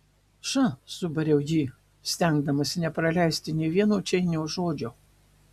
ša subariau jį stengdamasi nepraleisti nė vieno čeinio žodžio